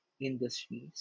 industries